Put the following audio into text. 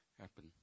happen